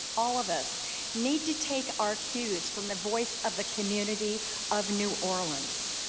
all of us need to take our cues from the voice of the community of new orleans.